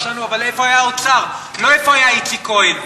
היא כן חתומה.